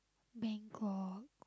Bangkok